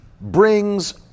brings